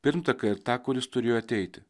pirmtaką ir tą kuris turėjo ateiti